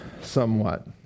somewhat